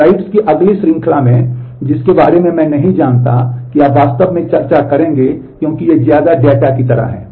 slides की अगली श्रंखला में जिसके बारे में मैं नहीं जानता कि आप वास्तव में चर्चा करेंगे क्योंकि ये ज्यादा डेटा की तरह हैं